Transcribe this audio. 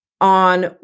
on